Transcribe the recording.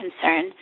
concern